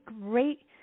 great